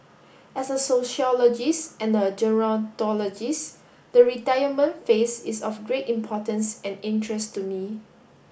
as a sociologist and a gerontologist the retirement phase is of great importance and interest to me